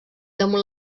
damunt